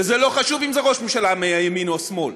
וזה לא חשוב אם זה ראש ממשלה מהימין או מהשמאל,